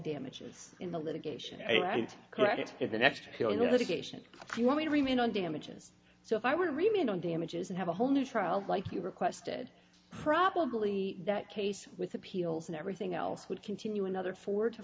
damages in the litigation and credit is the next to litigation you want me to remain on damages so if i want to remain on damages and have a whole new trial like you requested probably that case with appeals and everything else would continue another four to